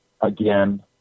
again